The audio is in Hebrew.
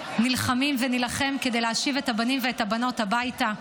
נלחמים ונילחם כדי להשיב את הבנים ואת הבנות הביתה.